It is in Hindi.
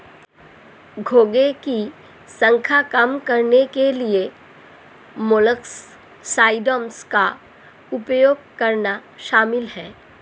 घोंघे की संख्या को कम करने के लिए मोलस्कसाइड्स का उपयोग करना शामिल है